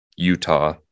utah